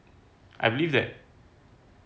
I believe that